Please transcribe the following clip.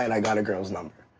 and i got a girls number.